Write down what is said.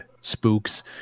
spooks